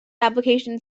application